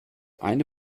eine